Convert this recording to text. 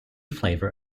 flavor